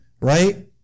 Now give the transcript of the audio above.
right